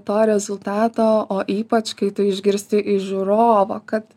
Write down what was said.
to rezultato o ypač kai tu išgirsti iš žiūrovo kad